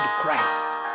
Christ